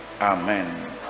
Amen